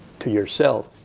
to yourself,